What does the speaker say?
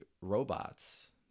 robots